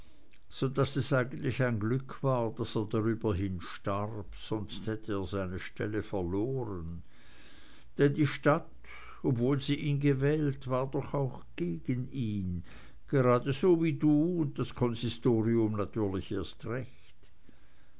so daß es eigentlich ein glück war daß er drüberhin starb sonst hätte er seine stelle verloren denn die stadt trotzdem sie ihn gewählt war doch auch gegen ihn geradeso wie du und das konsistorium natürlich erst recht